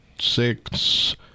six –